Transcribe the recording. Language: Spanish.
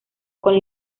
con